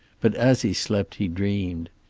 but as he slept he dreamed.